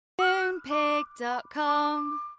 Moonpig.com